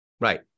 Right